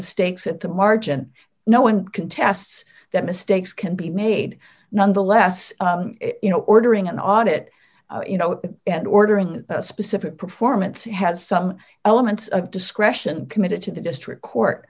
mistakes at the margin no one contests that mistakes can be made nonetheless you know ordering an audit you know and ordering a specific performance has some element of discretion committed to the district court